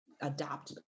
adopt